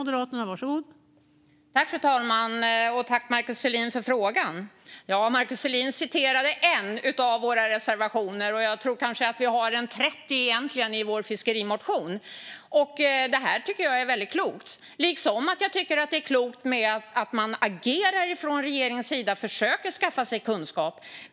Fru talman! Tack, Markus Selin, för frågan! Markus Selin citerade en av våra reservationer, och jag tror att vi egentligen har omkring 30 i vår fiskerimotion. Det här tycker jag är väldigt klokt, liksom jag tycker att det är klokt att man agerar från regeringens sida och försöker skaffa sig kunskap.